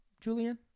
Julian